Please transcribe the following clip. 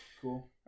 cool